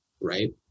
right